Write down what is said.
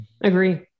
Agree